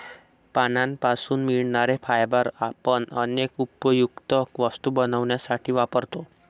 पानांपासून मिळणारे फायबर आपण अनेक उपयुक्त वस्तू बनवण्यासाठी वापरतो